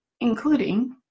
including